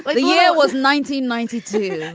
but the year was nineteen ninety. two.